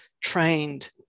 trained